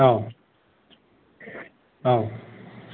औ औ